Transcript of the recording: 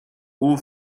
all